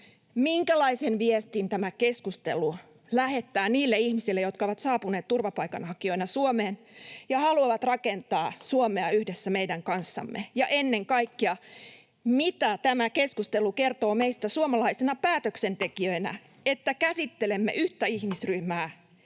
Minkälaisen viestin tämä keskustelu lähettää niille ihmisille, jotka ovat saapuneet turvapaikanhakijoina Suomeen ja haluavat rakentaa Suomea yhdessä meidän kanssamme? Ja ennen kaikkea: mitä tämä keskustelu kertoo meistä suomalaisina päätöksentekijöinä, että käsittelemme yhtä ihmisryhmää